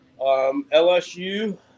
LSU